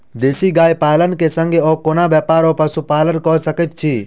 देसी गाय पालन केँ संगे आ कोनों व्यापार वा पशुपालन कऽ सकैत छी?